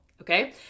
okay